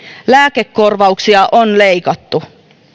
lääkekorvauksia on leikattu